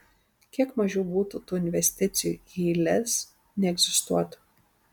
kiek mažiau būtų tų investicijų jei lez neegzistuotų